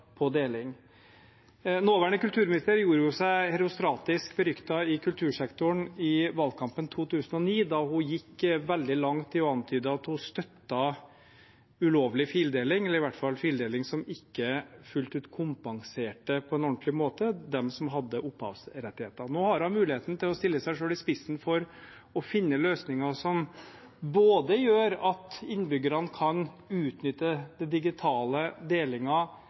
deling. Nåværende kulturminister gjorde seg jo herostratisk beryktet i kultursektoren i valgkampen i 2009, da hun gikk veldig langt i å antyde at hun støttet ulovlig fildeling, eller i hvert fall fildeling som ikke fullt ut kompenserte på en ordentlig måte dem som har opphavsrettighetene. Nå har hun muligheten til å stille seg selv i spissen for å finne løsninger som både gjør at innbyggerne kan utnytte den digitale